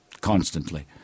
constantly